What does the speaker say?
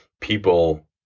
people